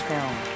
Film